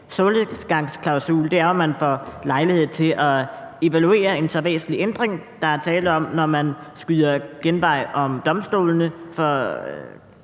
solnedgangsklausul er jo, at man får lejlighed til at evaluere en så væsentlig ændring, som der er tale om, når man skyder genvej om domstolene